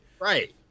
right